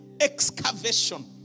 excavation